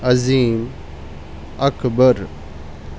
عظیم اکبر